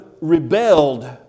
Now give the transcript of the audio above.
rebelled